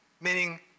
meaning